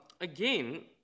Again